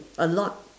a lot